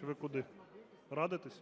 Чи ви куди? Радитися?